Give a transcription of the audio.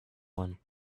one